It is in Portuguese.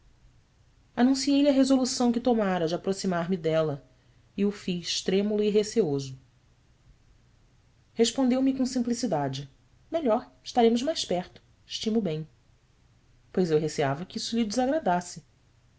disso anunciei lhe a resolução que tomara de aproximar me dela e o fiz trêmulo e receoso respondeu-me com simplicidade elhor staremos mais perto estimo bem ois eu receava que isso lhe desagradasse